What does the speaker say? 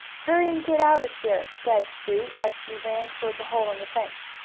hurry and get out of here! begged sue, as she ran toward the hole in the fence.